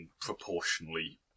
Proportionally